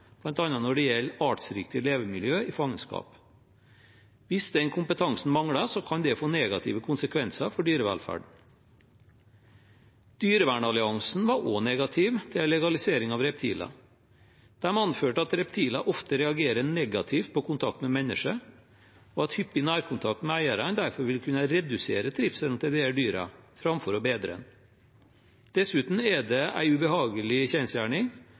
når det gjelder artsriktig levemiljø i fangenskap. Hvis den kompetansen mangler, kan det få negative konsekvenser for dyrevelferden. Dyrevernalliansen var også negativ til legalisering av reptiler. De anførte at reptiler ofte reagerer negativt på kontakt med mennesker, og at hyppig nærkontakt med eierne derfor vil kunne redusere trivselen til disse dyrene framfor å bedre den. Dessuten er det en ubehagelig kjensgjerning